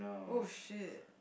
oh shit